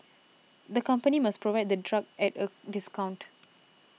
the company must provide the drug at a discount